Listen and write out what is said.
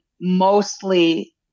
mostly